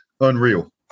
Unreal